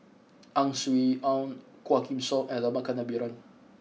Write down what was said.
Ang Swee Aun Quah Kim Song and Rama Kannabiran